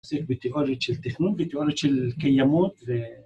בסדר, בתיאוריות של תכנון, בתיאוריות של קיימות ו...